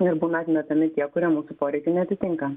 ir būna atmetami tie kurie mūsų poreikių neatitinka